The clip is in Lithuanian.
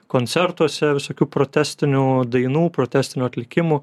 koncertuose visokių protestinių dainų protestinių atlikimų